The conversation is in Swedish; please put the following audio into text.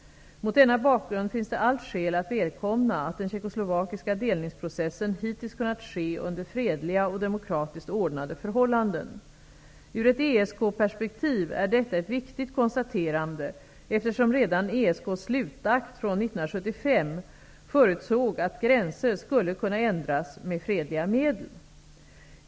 Mot denna bakgrund finns det allt skäl att välkomna att den tjeckoslovakiska delningsprocessen hittills kunnat ske under fredliga och demokratiskt ordnade förhållanden. Ur ett ESK-perspektiv är detta ett viktigt konstaterande, eftersom redan ESK:s Slutakt från 1975 förutsåg att gränser skulle kunna ändras med fredliga medel.